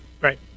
Right